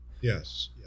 Yes